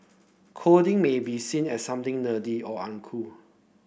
coding may be seen as something nerdy or uncool